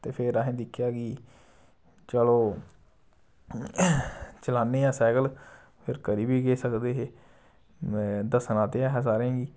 ते फिर असें दिक्खेआ कि चलो चलाने आं सैकल फिर करी बी केह् सकदे हे दस्सना ते ऐ हा सारें गी